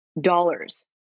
dollars